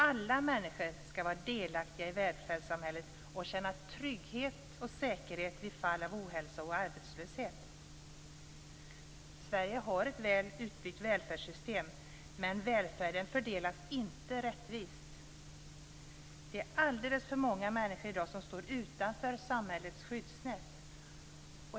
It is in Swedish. Alla människor skall vara delaktiga i välfärdssamhället och känna trygghet och säkerhet vid fall av ohälsa och arbetslöshet. Sverige har ett väl utbyggt välfärdssystem, men välfärden fördelas inte rättvist. Det är alldeles för många människor som i dag står utanför samhällets skyddsnät.